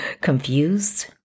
confused